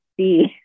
see